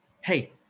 Hey